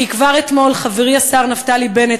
כי כבר אתמול חברי השר נפתלי בנט,